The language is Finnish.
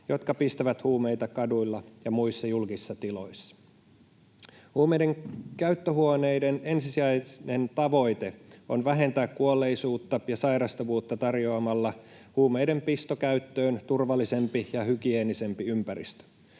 jotka pistävät huumeita kaduilla ja muissa julkisissa tiloissa. Huumeiden käyttöhuoneiden ensisijainen tavoite on vähentää kuolleisuutta ja sairastavuutta tarjoamalla huumeiden pistokäyttöön turvallisempi ja hygieenisempi ympäristö.